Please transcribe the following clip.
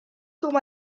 com